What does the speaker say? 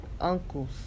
Uncles